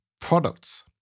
products